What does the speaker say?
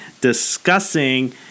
discussing